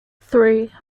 three